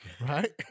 Right